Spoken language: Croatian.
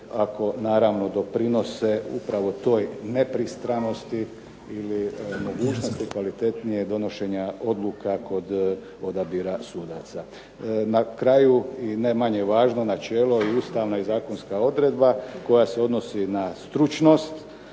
ako naravno doprinose upravo toj nepristranosti ili mogućnosti kvalitetnijeg donošenja odluka kod odabira sudaca. Na kraju i ne manje važno načelo i ustavna i zakonska odredba, koja se odnosi na stručnost.